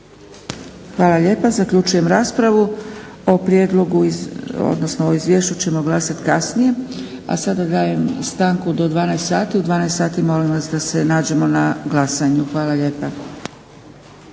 Hvala lijepa. Zaključujem raspravu. O izvješću ćemo glasat kasnije. A sada dajem stanku do 12 sati, u 12 sati molim vas da se nađemo na glasanju. Hvala lijepa.